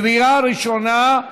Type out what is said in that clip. קריאה ראשונה.